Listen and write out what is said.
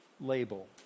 label